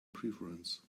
preference